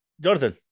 Jonathan